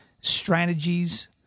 strategies